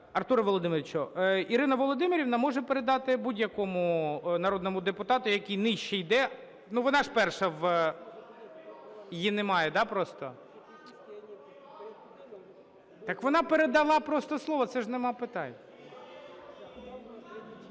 Артуре Володимировичу, Ірина Володимирівна може передати будь-якому народному депутату, який нижче йде... Ну, вона ж перша... Її немає, да, просто. (Шум у залі) Так вона б передала просто слово, це ж нема питань.